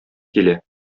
килә